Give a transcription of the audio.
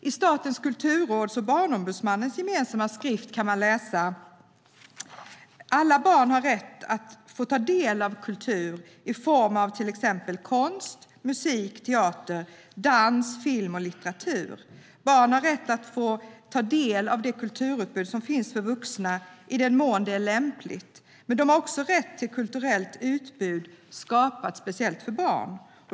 I Statens kulturråds och Barnombudsmannens gemensamma skrift kan man läsa: Alla barn har rätt att få ta del av kultur i form av till exempel konst, musik, teater, dans, film och litteratur. Barn har rätt att få ta del av det kulturutbud som finns för vuxna i den mån det är lämpligt, men de har också rätt till ett kulturellt utbud skapat speciellt för barn.